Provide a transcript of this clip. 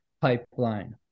pipeline